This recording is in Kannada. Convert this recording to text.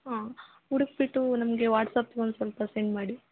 ಹಾಂ ಹುಡುಕಿಬಿಟ್ಟು ನಮಗೆ ವಾಟ್ಸ್ಆ್ಯಪಿಗೆ ಒಂದು ಸ್ವಲ್ಪ ಸೆಂಡ್ ಮಾಡಿ